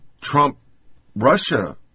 Trump-Russia